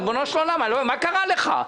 ריבונו של עולם, מה קרה לך?